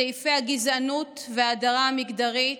סעיפי הגזענות וההדרה המגדרית,